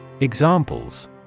Examples